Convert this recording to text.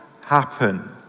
happen